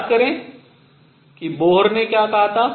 याद करें कि बोहर ने क्या कहा था